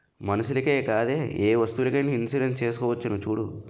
మనుషులకే కాదే ఏ వస్తువులకైన ఇన్సురెన్సు చేసుకోవచ్చును చూడూ